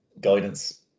guidance